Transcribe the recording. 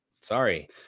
Sorry